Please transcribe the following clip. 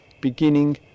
beginning